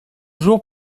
jours